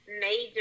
major